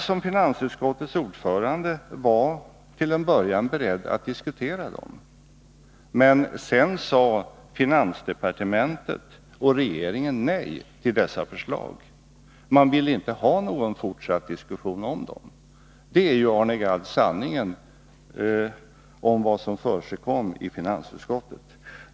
Finansutskottets ordförande, Arne Gadd, var till en början beredd att diskutera detta, men sedan sade finansdepartementet och regeringen nej till dessa förslag. Man ville inte ha någon fortsatt diskussion om dem. Det är ju, Arne Gadd, sanningen om vad som förekom i finansutskottet.